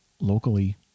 locally